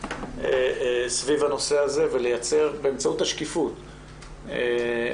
סביב הנושא הזה ולייצר באמצעות השקיפות איזשהן